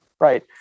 Right